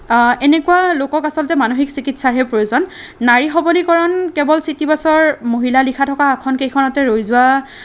এনেকুৱা লোকক আচলতে মানসিক চিকিৎসাৰহে প্ৰয়োজন নাৰী সৱলীকৰণ কেৱল চিটি বাছৰ মহিলা বুলি লিখা থকা আসন কেইখনতে ৰৈ যোৱা